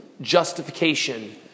Justification